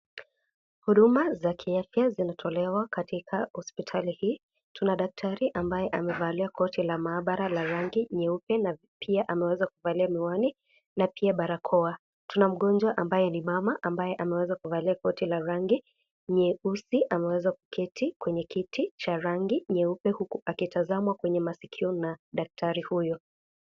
Huduma za kiafya zinatolewa katika hosiptali hii tuna daktari ambaye amevalia koti la maabara la rangi nyeupe, miwani na pia barakoa. Kuna mgonjwa ambaye ni mama amevalia koti la rangi nyeusi ameketi kwenye kiti cha rangi nyeupe huku akitazamwa kwenye masikio na daktari huyo.